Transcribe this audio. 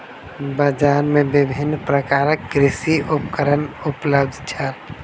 बजार में विभिन्न प्रकारक कृषि उपकरण उपलब्ध छल